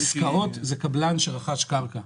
עסקאות זה קבלן שרכש קרקע.